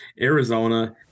Arizona